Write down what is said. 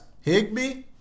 Higby